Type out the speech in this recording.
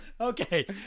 Okay